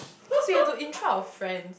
cause we have to intro our friends